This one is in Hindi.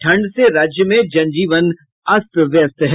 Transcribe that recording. ठंड से राज्य में जन जीवन अस्त व्यस्त है